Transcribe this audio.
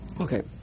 Okay